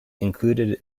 included